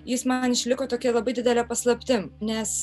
jis man išliko tokia labai didele paslaptim nes